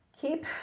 keep